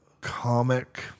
comic